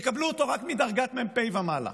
יקבלו אותו רק מדרגת מ"פ ומעלה.